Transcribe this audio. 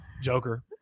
joker